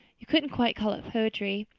you couldn't quite call it poetry,